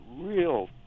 real